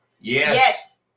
Yes